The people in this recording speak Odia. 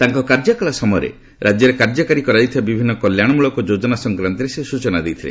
ତାଙ୍କ କାର୍ଯ୍ୟକାଳ ସମୟରେ ରାଜ୍ୟରେ କାର୍ଯ୍ୟକାରୀ କରାଯାଇଥିବା ବିଭିନ୍ନ କଲ୍ୟାଶମୂଳକ ଯୋଜନା ସଂକ୍ରାନ୍ତରେ ସେ ସୂଚନା ଦେଇଥିଲେ